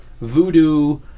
voodoo